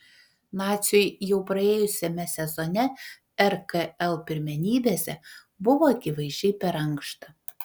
naciui jau praėjusiame sezone rkl pirmenybėse buvo akivaizdžiai per ankšta